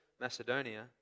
Macedonia